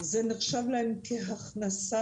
זה נחשב להם כהכנסה,